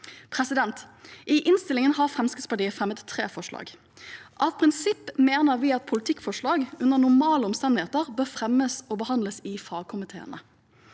I innstillingen har Fremskrittspartiet fremmet tre forslag. Av prinsipp mener vi at politikkforslag under normale omstendigheter bør fremmes og behandles i fagkomiteene.